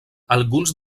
alguns